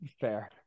fair